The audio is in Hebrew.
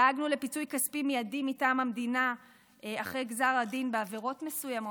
דאגנו לפיצוי כספי מיידי מטעם המדינה אחרי גזר הדין בעבירות מסוימות.